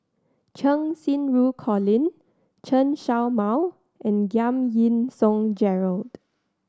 Cheng Xinru Colin Chen Show Mao and Giam Yean Song Gerald